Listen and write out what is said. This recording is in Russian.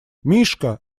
мишка